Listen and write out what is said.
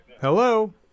Hello